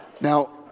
Now